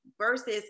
versus